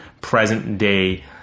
present-day